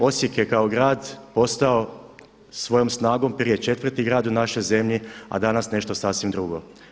Osijek je kao grad postao svojom snagom prije četvrti grad u našoj zemlji, a danas nešto sasvim drugo.